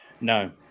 No